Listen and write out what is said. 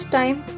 time